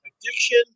Addiction